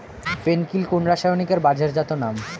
ফেন কিল কোন রাসায়নিকের বাজারজাত নাম?